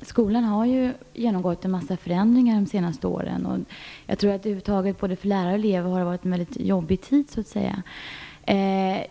Fru talman! Skolan har genomgått en massa förändringar under de senaste åren. Över huvud taget tror jag att det för både lärare och elever har varit en jobbig tid.